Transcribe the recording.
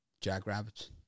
Jackrabbits